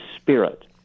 spirit